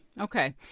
Okay